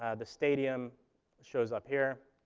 ah the stadium shows up here